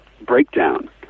breakdown